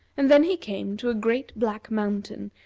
and then he came to a great black mountain,